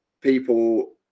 people